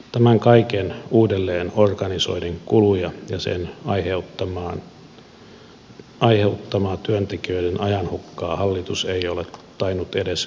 tämän kaiken uudelleenorganisoinnin kuluja ja sen aiheuttamaa työntekijöiden ajanhukkaa hallitus ei ole tainnut edes yrittää selvittää